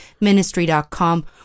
ministry.com